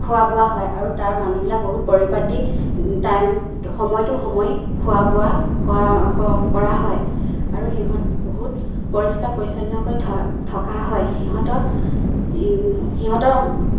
খোৱা বোৱা হয় আৰু তাৰ মানুহবিলাক বহুত পৰিপাটি টাইম সময়টো সময়েই খোৱা বোৱা কৰা কৰা হয় আৰু সিহঁত বহুত পৰিষ্কাৰ পৰিচ্ছন্নকৈ থকা হয় সিহঁতৰ সিহঁতৰ